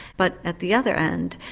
but at the other end,